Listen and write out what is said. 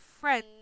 friend